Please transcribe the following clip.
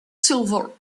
silver